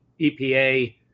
EPA